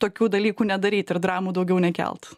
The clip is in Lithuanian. tokių dalykų nedaryt ir dramų daugiau nekelt